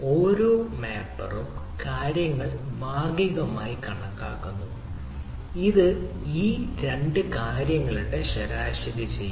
ഓരോ മാപ്പറും കാര്യങ്ങൾ ഭാഗികമായി കണക്കാക്കുന്നു ഇത് ഈ രണ്ട് കാര്യങ്ങളുടെ ശരാശരി ചെയ്യുന്നു